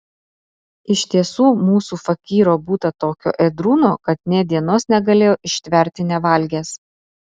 iš tiesų mūsų fakyro būta tokio ėdrūno kad nė dienos negalėjo ištverti nevalgęs